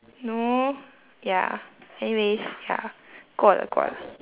no ya anyways ya 过了过了